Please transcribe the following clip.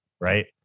right